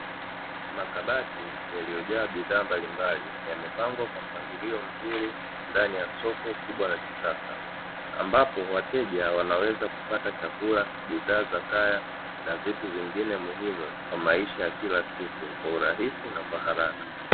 Makabati yaliyojaa bidhaa mbalimbali yamepangwa kwa mpangilio mzuri ndani ya soko kubwa la kisasa ambapo wateja wanaweza kupata chakula, bidhaa za kaya na vitu vingine muhimu kwa maisha ya kila siku kwa urahisi na kwa haraka.